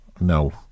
No